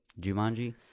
Jumanji